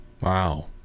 Wow